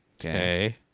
Okay